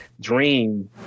dream